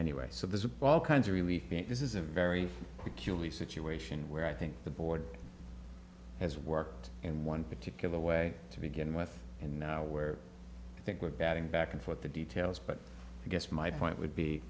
anyway so there's a ball kinds of really think this is a very peculiar situation where i think the board has worked in one particular way to begin with and now where i think we're batting back and forth the details but i guess my point would be